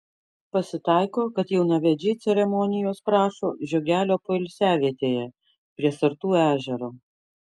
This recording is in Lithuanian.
pasitaiko kad jaunavedžiai ceremonijos prašo žiogelio poilsiavietėje prie sartų ežero